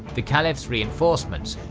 the caliph's reinforcements,